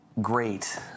great